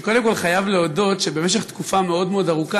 אני קודם כול חייב להודות שבמשך תקופה מאוד מאוד ארוכה